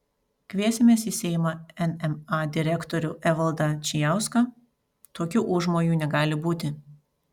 kviesimės į seimą nma direktorių evaldą čijauską tokių užmojų negali būti